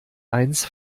eins